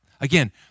Again